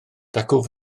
dacw